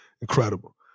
incredible